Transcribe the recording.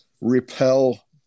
repel